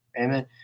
Amen